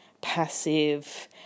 passive